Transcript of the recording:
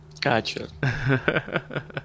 Gotcha